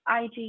IG